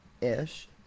ish